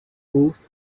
ruth